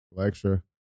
Extra